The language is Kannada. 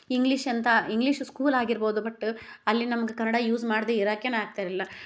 ಇಂಗ್ಲೀಷ್ ಅಂತ ಇಂಗ್ಲೀಷ್ ಸ್ಕೂಲ್ ಆಗಿರ್ಬೋದು ಬಟ್ ಅಲ್ಲಿ ನಮ್ಗೆ ಕನ್ನಡ ಯೂಸ್ ಮಾಡದೇ ಇರಕ್ಕೆನೇ ಆಗ್ತಾಯಿರಲಿಲ್ಲ